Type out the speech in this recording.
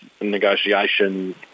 negotiation